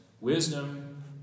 Wisdom